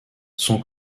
son